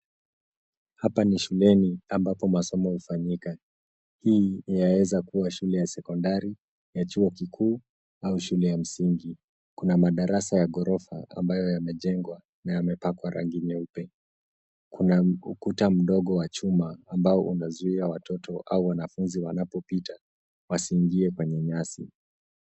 Hapa ni shuleni ambapo masomo hufanyika. Hii inaweza kuwa shule ya sekondari, ya chuo kikuu au shule ya msingi. Kuna madarasa ya ghorofa ambayo yamejengwa na yamepakwa rangi nyeupe. Kuna ukuta mdogo wa chuma ambao unazuia watoto au wanafunzi wanapopita wasiingie kwenye nyasi.